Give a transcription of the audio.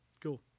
Cool